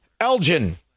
elgin